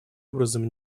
образом